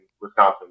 Wisconsin